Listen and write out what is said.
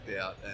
out